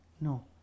no